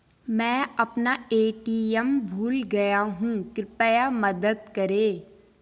मैं अपना ए.टी.एम भूल गया हूँ, कृपया मदद करें